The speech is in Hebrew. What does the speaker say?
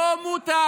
לא מותר.